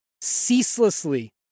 ceaselessly